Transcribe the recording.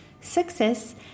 success